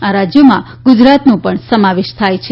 આ રાજ્યોમાં ગુજરાતનો પણ સમાવેશ થાય છે